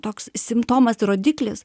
toks simptomas rodiklis